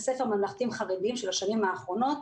ספר ממלכתיים חרדיים של השנים האחרונות.